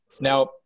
Now